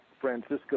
Francisco